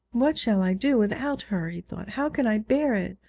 what shall i do without her he thought how can i bear it.